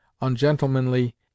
ungentlemanly